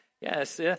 yes